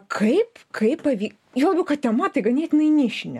kaip kaip pavy juo labiau kad tema tai ganėtinai nišinė